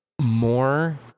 more